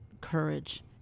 courage